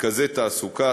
מרכזי תעסוקה.